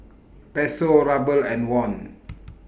Peso Ruble and Won